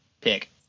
pick